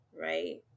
right